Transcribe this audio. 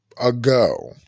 ago